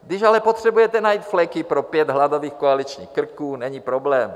Když ale potřebujete najít fleky pro pět hladových koaličních krků, není problém.